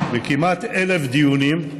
בכמעט 1,000 דיונים,